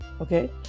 Okay